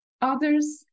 Others